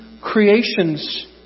creations